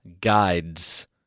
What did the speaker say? guides